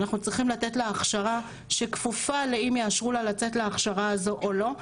אנחנו צריכים לתת לה הכשרה שכפופה לאם יאשרו לה לצאת להכשרה הזו או לא,